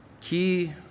key